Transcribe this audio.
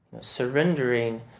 Surrendering